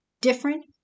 different